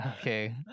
okay